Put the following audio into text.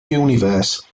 universe